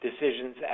decisions